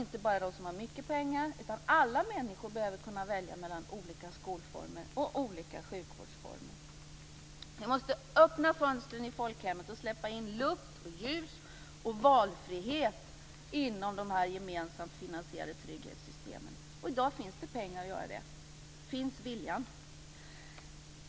Inte bara de som har mycket pengar utan alla människor behöver kunna välja mellan olika skolformer och olika sjukvårdsformer. Vi måste öppna fönstren i folkhemmet och släppa in luft, ljus och valfrihet inom de gemensamt finansierade trygghetssystemen. I dag finns det pengar för att göra det. Finns viljan?